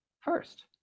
first